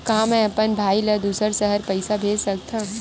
का मैं अपन भाई ल दुसर शहर पईसा भेज सकथव?